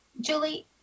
Julie